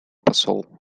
посол